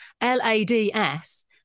L-A-D-S